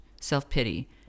self-pity